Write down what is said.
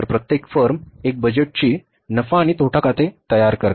तर प्रत्येक फर्म एक बजेटची नफा आणि तोटा खाते तयार करते